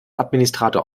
administrator